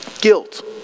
Guilt